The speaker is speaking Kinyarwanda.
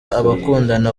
abakundana